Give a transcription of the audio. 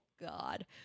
God